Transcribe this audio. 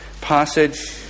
passage